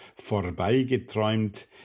Vorbeigeträumt